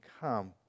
come